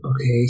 okay